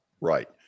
Right